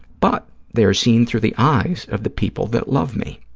but they're seen through the eyes of the people that love me.